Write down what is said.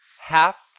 Half